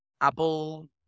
Apple